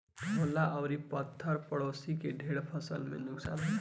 ओला अउर पत्थर पड़लो से ढेर फसल के नुकसान होला